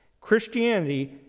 Christianity